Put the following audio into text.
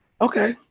okay